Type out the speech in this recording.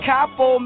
Capo